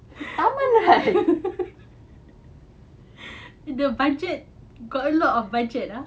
arman right the budget got a lot of budget ah